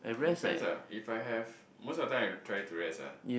depends ah if I have most of time I try to rest ah